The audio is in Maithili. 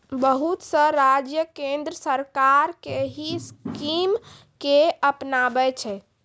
बहुत से राज्य केन्द्र सरकार के ही स्कीम के अपनाबै छै